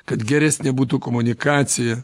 kad geresnė būtų komunikacija